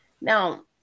Now